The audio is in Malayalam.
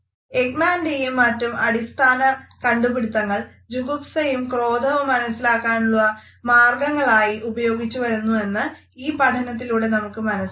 എക്മാൻറെയും മറ്റും അടിസ്ഥാന കണ്ടുപിടുത്തങ്ങൾ ജുഗുപ്സയും ക്രോധവും മനസിലാക്കുവാനുള്ള മാര്ഗങ്ങളായി ഉപയോഗിച്ചു വരുന്നുവെന്ന് ഈ പഠനങ്ങളിലൂടെ നമുക്ക് മനസിലാക്കാം